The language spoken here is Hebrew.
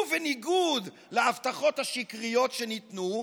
ובניגוד להבטחות השקריות שניתנו,